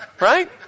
Right